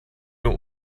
nur